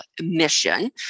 mission